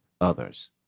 others